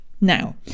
Now